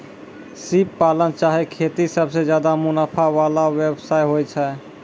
सिप पालन चाहे खेती सबसें ज्यादे मुनाफा वला व्यवसाय होय छै